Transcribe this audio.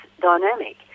dynamic